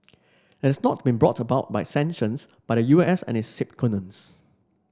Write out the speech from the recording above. has not been brought about by sanctions by the U S and its sycophants